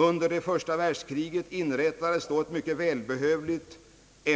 Under det första världskriget inrättades ett då mycket välbehövligt